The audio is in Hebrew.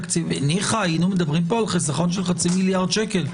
ניחא היינו מדברים פה על חיסכון של חצי מיליארד שקל.